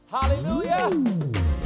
Hallelujah